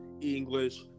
English